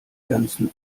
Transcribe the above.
ganzen